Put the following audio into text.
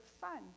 fun